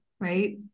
right